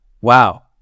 Wow